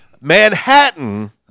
Manhattan